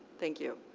thank you.